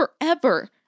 forever